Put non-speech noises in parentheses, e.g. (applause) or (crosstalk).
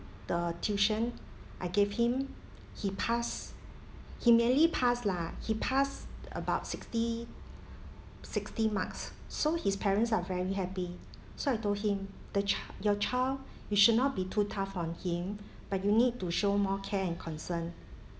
the tuition I gave him he passed he merely pass lah he passed about sixty sixty marks so his parents are very happy so I told him the chi~ your child (breath) you should not be too tough on him (breath) but you need to show more care and concern